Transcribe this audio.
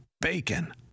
bacon